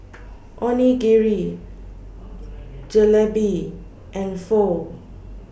Onigiri Jalebi and Pho